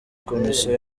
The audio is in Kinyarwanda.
komisiyo